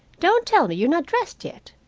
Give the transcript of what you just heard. don't tell me you're not dressed yet.